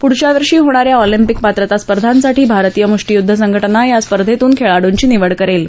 पुढच्या वर्षी होणाऱ्या अॅलिम्पिक पात्रता स्पर्धांसाठी भारतीय मुष्टियुद्ध संघटना या स्पर्धेतून खेळाडूंची निवड करणार आहे